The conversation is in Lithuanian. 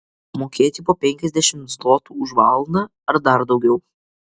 mokėti po penkiasdešimt zlotų už valandą ar dar daugiau